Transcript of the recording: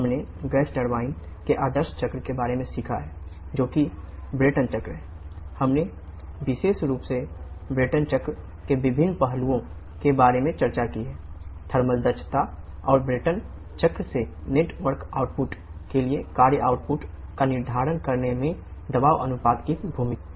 हम gas turbine का निर्धारण करने में दबाव अनुपात की भूमिका है